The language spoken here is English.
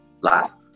last